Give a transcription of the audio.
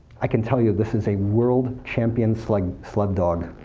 i can tell you this is a world champions like sled dog,